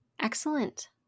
Excellent